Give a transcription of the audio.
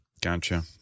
Gotcha